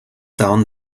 down